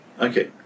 Okay